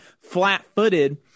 flat-footed